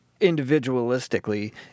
individualistically